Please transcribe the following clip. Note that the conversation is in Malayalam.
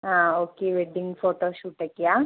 ആ ഓക്കെ വെഡ്ഡിംഗ് ഫോട്ടോ ഷൂട്ടൊക്കെയാണോ